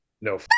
no